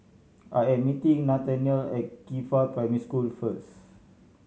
I am meeting Nathaniel at Qifa Primary School first